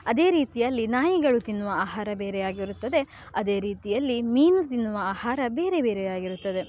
ಅದೇ ರೀತಿಯಲ್ಲಿ ನಾಯಿಗಳು ತಿನ್ನುವ ಆಹಾರ ಬೇರೆಯಾಗಿರುತ್ತದೆ ಅದೇ ರೀತಿಯಲ್ಲಿ ಮೀನು ತಿನ್ನುವ ಆಹಾರ ಬೇರೆ ಬೇರೆಯಾಗಿರುತ್ತದೆ